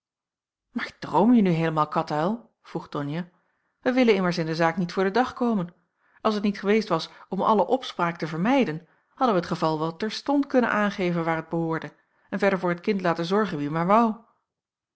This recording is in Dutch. maar droomje nu heelemaal katuil vroeg donia wij willen immers in de zaak niet voor den dag komen als het niet geweest was om alle opspraak te vermijden hadden wij het geval wel terstond kunnen aangeven waar t behoorde en verder voor het kind laten zorgen wie maar woû